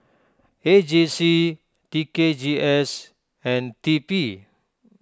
A J C T K G S and T P